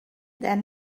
then